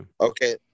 Okay